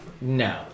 No